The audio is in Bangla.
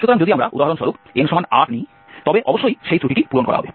সুতরাং যদি আমরা উদাহরণস্বরূপ n 8 নিই তবে অবশ্যই সেই ত্রুটিটি পূরণ করা হবে